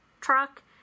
truck